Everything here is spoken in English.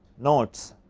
notes.